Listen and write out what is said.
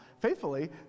faithfully